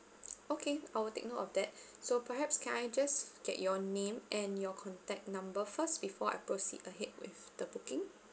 okay I will take note of that so perhaps can I just get your name and your contact number first before I proceed ahead with the booking